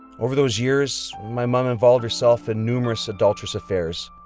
over those years my mom involved herself in numerous adulterous affairs.